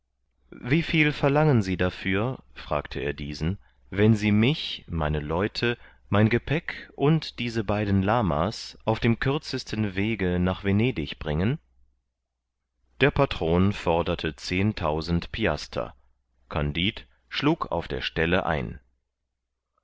wieviel verlangen sie dafür fragte er diesen wenn sie mich meine leute mein gepäck und diese beiden lama's auf den kürzesten wege nach venedig bringen der patron forderte zehntausend piaster kandid schlug auf der stelle ein